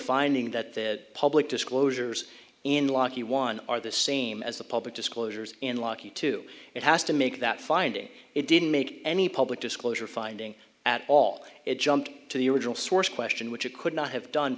finding that the public disclosures in lokki one are the same as the public disclosures and lucky to it has to make that finding it didn't make any public disclosure finding at all it jumped to the original source question which it could not have done